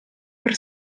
per